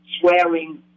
swearing